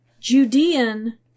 Judean